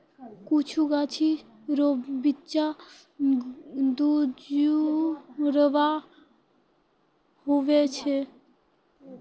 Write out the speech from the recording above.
कुछु गाछी रो बिच्चा दुजुड़वा हुवै छै